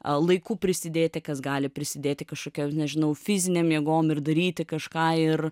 laiku prisidėti kas gali prisidėti kažkokia nežinau fizinėm jėgom ir daryti kažką ir